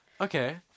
Okay